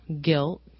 guilt